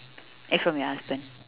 eh from your husband